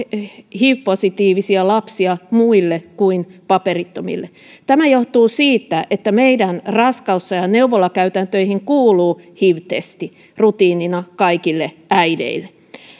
hiv positiivisia lapsia muille kuin paperittomille tämä johtuu siitä että meidän raskausajan neuvolakäytäntöihin kuuluu hiv testi rutiinina kaikille äideille